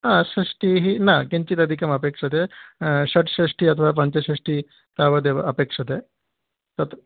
हा षष्टिः न किञ्चिदधिकम् अपेक्षते षड्षष्टिः अथवा पञ्चषष्टिः तावदेव अपेक्षते तत्